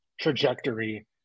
trajectory